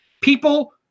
People